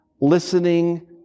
Listening